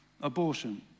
abortion